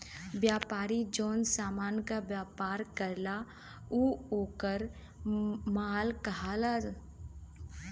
व्यापारी जौन समान क व्यापार करला उ वोकर माल कहलाला